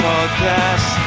Podcast